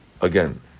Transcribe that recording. Again